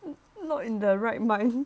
I'm not in the right mind